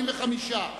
45,